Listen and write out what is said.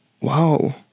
wow